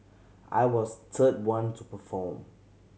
I was the third one to perform